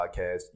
podcast